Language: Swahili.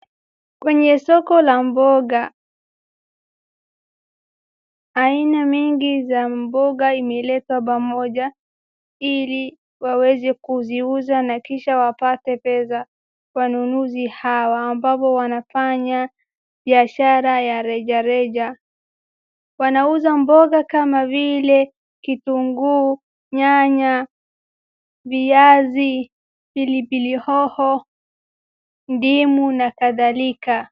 Kwenye soko la mboga kuna aina mingi ya mboga ambazo zmeletwa pamoja. Wanauza mboga kama vile nyanya, pilipili hoho , kitunguu na kadhalika.